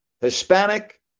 Hispanic